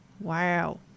Wow